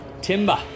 timber